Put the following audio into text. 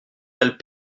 elles